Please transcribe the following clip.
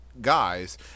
guys